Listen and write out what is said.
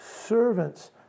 servants